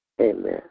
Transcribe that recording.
Amen